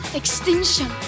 extinction